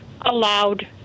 allowed